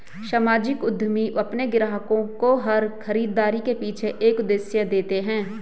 सामाजिक उद्यमी अपने ग्राहकों को हर खरीदारी के पीछे एक उद्देश्य देते हैं